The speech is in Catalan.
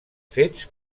fets